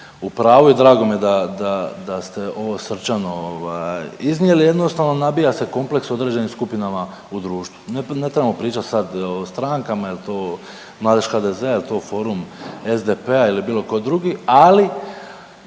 pravu i drago mi je da, da, da ste ovo srčano ovaj, iznijeli. Jednostavno, nabija se kompleks određenim skupinama u društvu. Ne trebamo pričat sad o strankama, je li to Mladež HDZ-a, je li to Forum SDP-a ili bilo tko drugi, ali